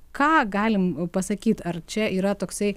ką galim pasakyt ar čia yra toksai